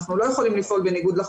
אנחנו לא יכולים לפעול בניגוד לחוק.